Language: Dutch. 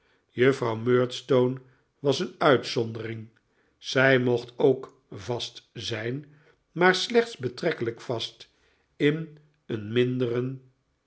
juffrouw murdstone was een uitzondering zij mocht ook vast zijn maar slechts betrekkelijk vast in een minderen